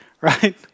right